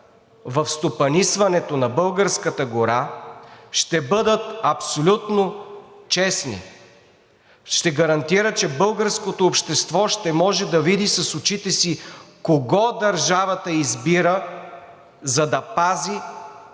в стопанисването на българската гора, ще бъдат абсолютно честни! Ще гарантира, че българското общество ще може да види с очите си кого държавата избира, за да пази